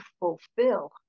fulfill